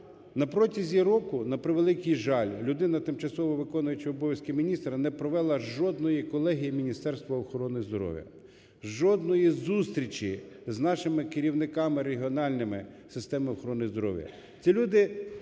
На протязі року, на превеликий жаль, людина, тимчасово виконуюча обов'язки міністра, не провела жодної колегії Міністерства охорони здоров'я, жодної зустрічі з нашими керівниками регіональними системи охорони здоров'я.